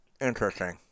interesting